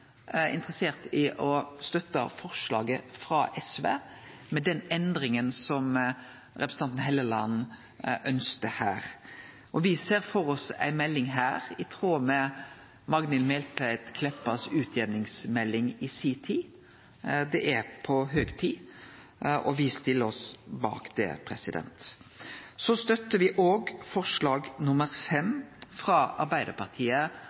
interessert i å støtte forslaget frå SV, med den endringa som representanten Helleland ønskte her. Me ser her for oss ei melding i tråd med Magnhild Meltveit Kleppas utjamningsmelding i si tid. Det er på høg tid, og me stiller oss bak det.